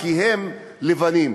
כי הם לבנים,